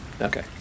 Okay